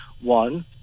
One